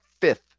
fifth